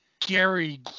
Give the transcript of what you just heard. Gary